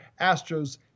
Astros